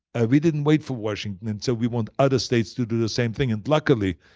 ah we didn't wait for washington and so we want other states to do the same thing. and luckily,